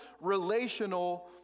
relational